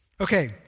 Okay